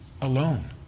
alone